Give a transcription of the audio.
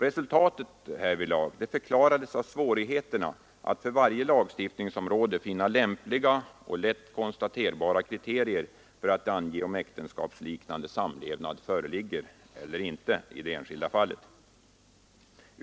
Resultatet förklarades av svårigheterna att för varje lagstiftningsområde finna lämpliga och lätt konstaterbara kriterier för att ange om äktenskapsliknande samlevnad föreligger eller inte i det enskilda fallet.